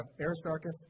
Aristarchus